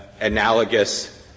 analogous